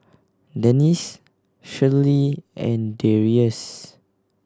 Dennis Shirlee and Darrius